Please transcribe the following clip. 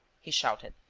he shouted.